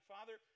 Father